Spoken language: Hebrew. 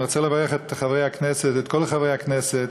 אני רוצה לברך את חברי הכנסת, את כל חברי הכנסת,